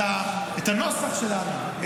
את הנוסח שלנו,